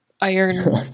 iron